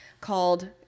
called